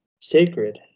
sacred